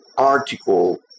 Article